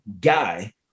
guy